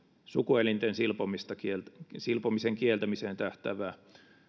sukuelinten silpomisen kieltämiseen tähtäävää